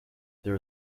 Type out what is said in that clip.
there